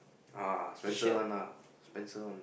uh Spencer one ah Spencer one